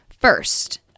first